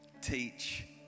teach